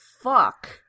fuck